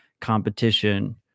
competition